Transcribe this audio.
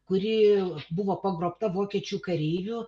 kuri buvo pagrobta vokiečių kareivių